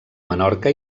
menorca